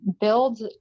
build